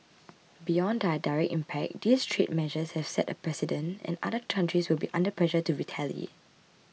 beyond their direct impact these trade measures have set a precedent and other countries will be under pressure to retaliate